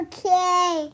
Okay